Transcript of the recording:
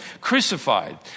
crucified